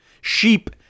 Sheep